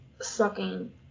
sucking